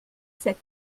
sept